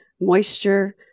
moisture